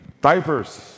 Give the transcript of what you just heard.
diapers